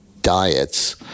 diets